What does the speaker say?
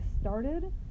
started